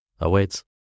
awaits